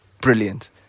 brilliant